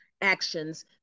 actions